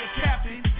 captain